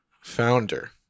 founder